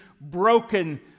broken